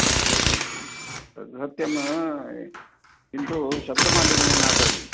तत् एतत् तत् तत्सत्यम् किन्तु शब्दमालिन्या न करणीयम्